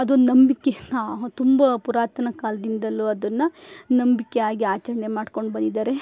ಅದು ನಂಬಿಕೆ ತುಂಬ ಪುರಾತನ ಕಾಲದಿಂದಲೂ ಅದನ್ನು ನಂಬಿಕೆಯಾಗಿ ಆಚರಣೆ ಮಾಡ್ಕೊಂಡು ಬಂದಿದ್ದಾರೆ